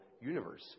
universe